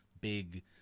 big